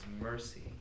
mercy